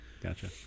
gotcha